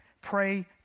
Pray